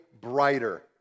brighter